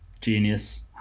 Genius